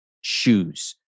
shoes